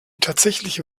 tatsächliche